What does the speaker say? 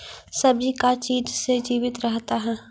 सब्जी का चीज से जीवित रहता है?